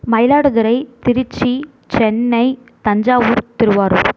Mayiladuthurai Tiruchi Chennai Thanjavur Thiruvarur